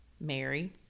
Mary